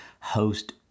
host